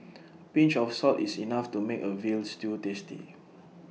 A pinch of salt is enough to make A Veal Stew tasty